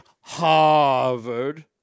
Harvard